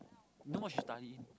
you know what she study